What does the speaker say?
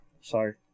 Sorry